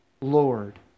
Lord